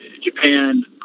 Japan